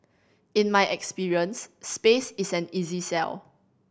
in my experience space is an easy sell